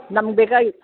ನಮ್ಗೆ ಬೇಕಾಗಿ